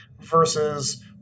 versus